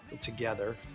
together